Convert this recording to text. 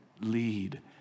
Lead